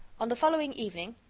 on the following evening,